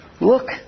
Look